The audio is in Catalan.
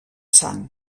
sang